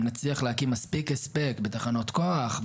אם נצליח להקים מספיק הספק בתחנות כוח,